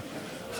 בבקשה.